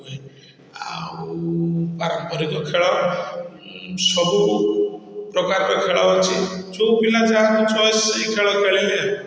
ହୁଏ ଆଉ ପାରମ୍ପରିକ ଖେଳ ସବୁ ପ୍ରକାରର ଖେଳ ଅଛି ଯୋଉ ପିଲା ଯାହାକୁ ଚଏସ୍ ସିଏ ସେଇ ଖେଳ ଖେଳେ ଆଉ